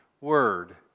word